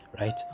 right